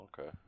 okay